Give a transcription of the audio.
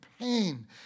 pain